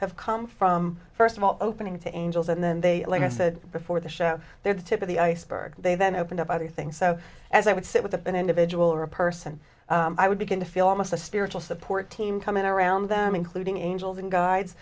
have come from first of all opening to angels and then they like i said before the show they're the tip of the iceberg they then opened up other things so as i would sit with an individual or a person i would begin to feel almost a spiritual support team coming around them including angels and guides